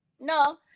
No